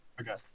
Okay